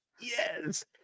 Yes